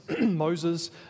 Moses